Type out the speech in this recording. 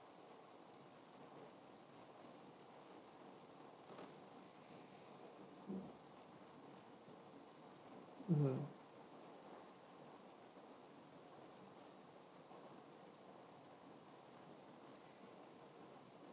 mmhmm